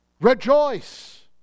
Rejoice